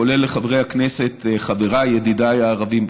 כולל לחברי הכנסת חבריי ידידיי הערבים: